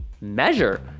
measure